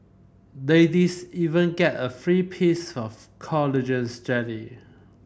ladies even get a free piece of collagen jelly